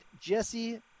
Jesse